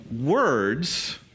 words